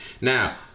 Now